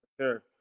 Sure